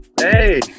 Hey